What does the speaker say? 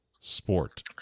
sport